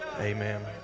Amen